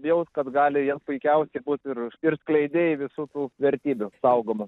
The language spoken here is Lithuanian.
jaus kad gali ir puikiausiai būt ir ir skleidėjai visų tų vertybių saugomų